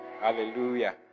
Hallelujah